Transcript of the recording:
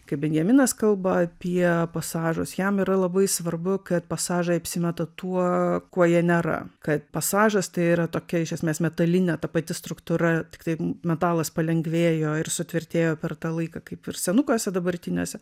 kai benjaminas kalba apie pasažus jam yra labai svarbu kad pasažai apsimeta tuo kuo jie nėra kad pasažas tai yra tokia iš esmės metalinė ta pati struktūra tiktai metalas palengvėjo ir sutvirtėjo per tą laiką kaip ir senukuose dabartiniuose